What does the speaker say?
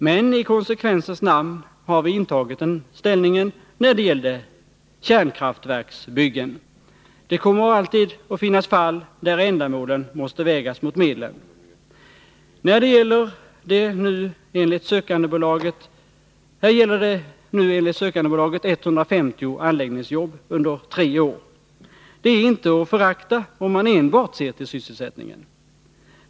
Men i konsekvensens namn kan framhållas att vi intog den ställningen också när det gällde kärnkraftverksbyggen. Det kommer alltid att finnas fall där ändamålen måste vägas mot medlen. Här gäller det nu enligt sökandebolaget 150 anläggningsjobb under tre år. Det är inte att förakta, om man enbart ser till sysselsättningen.